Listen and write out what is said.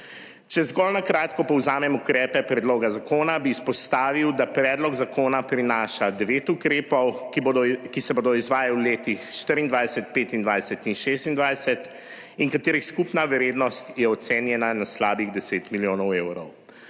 Če zgolj kratko povzamem ukrepe predloga zakona, bi izpostavil, da predlog zakona prinaša devet ukrepov, ki se bodo izvajali v letih 2024, 2025 in 2026 in katerih skupna vrednost je ocenjena na slabih 10 milijonov evrov.